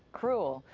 cruel.